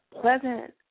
pleasant